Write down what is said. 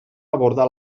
abordar